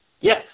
Yes